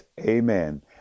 amen